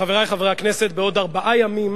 תודה, חברי חברי הכנסת, בעוד ארבעה ימים